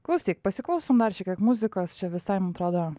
klausyk pasiklausom dar šiek tiek muzikos čia visai man atrodo